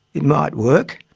it might work.